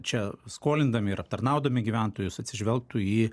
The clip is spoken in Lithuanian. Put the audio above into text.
čia skolindami ir aptarnaudami gyventojus atsižvelgtų į